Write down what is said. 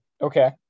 Okay